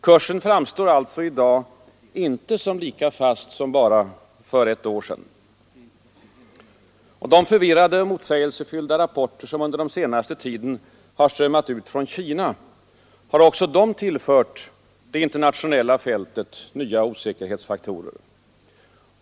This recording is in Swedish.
Kursen framstår alltså i dag inte som lika fast som bara för något år sedan. De förvirrade och motsägelsefyllda rapporter som under den senaste tiden strömmat ut från Kina har också de tillfört det internationella fältet nya osäkerhetsfaktorer.